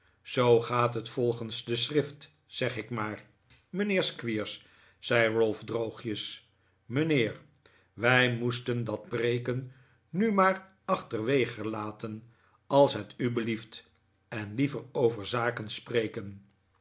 zoo gaat het volgens de schrift zeg ik maar mijnheer squeers zei ralph droogjes mijnheer wij moesten dat preeken nu maar achterwege laten als het u belieft en liever over zaken spreken